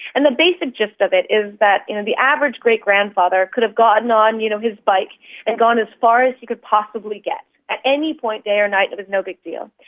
and the basic gist of it is that you know the average great-grandfather could have gotten on um you know his bike and gone as far as he could possibly get at any point, day or night, it was no big deal.